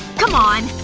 come on!